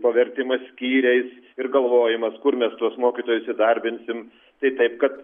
pavertimas skyriais ir galvojimas kur mes tuos mokytojus įdarbinsim tai taip kad